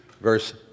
verse